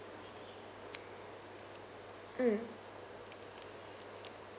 mm